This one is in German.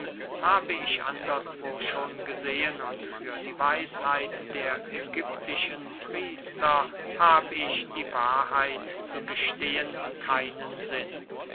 habe ich anderswo schon gesehen und für die weisheit der ägyptischen priester hab ich die wahrheit zu gestehen keinen sinn